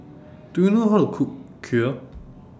Do YOU know How to Cook Kheer